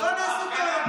לא עשיתם שום טעויות,